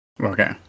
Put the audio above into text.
Okay